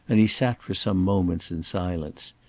and he sat for some moments in silence.